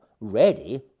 ready